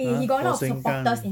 !huh! for sengkang